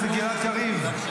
חבר הכנסת גלעד קריב.